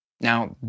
Now